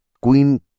Queen